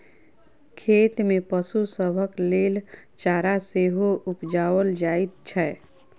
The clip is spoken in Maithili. खेत मे पशु सभक लेल चारा सेहो उपजाओल जाइत छै